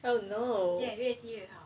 oh no